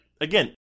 again